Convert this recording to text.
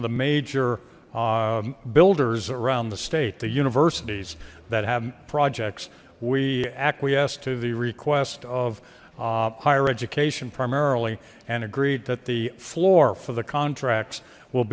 of the major builders around the state the universities that have projects we acquiesce to the request of higher education primarily and agreed that the floor for the contracts will